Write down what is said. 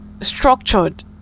structured